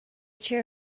chair